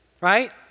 Right